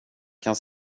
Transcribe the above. kan